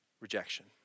rejection